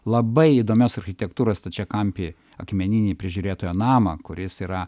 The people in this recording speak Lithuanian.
labai įdomios architektūros stačiakampį akmeninį prižiūrėtojo namą kuris yra